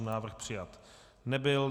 Návrh přijat nebyl.